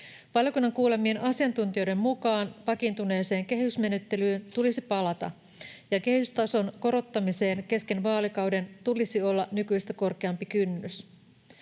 Valiokunnan kuulemien asiantuntijoiden mukaan vakiintuneeseen kehysmenettelyyn tulisi palata ja kehystason korottamiseen kesken vaalikauden tulisi olla nykyistä korkeampi kynnys.